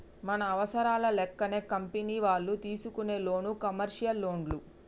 మన అవసరాల లెక్కనే కంపెనీ వాళ్ళు తీసుకునే లోను కమర్షియల్ లోన్లు